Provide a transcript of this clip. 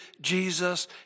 Jesus